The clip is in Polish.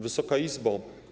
Wysoka Izbo!